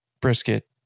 brisket